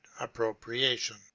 appropriation